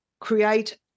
create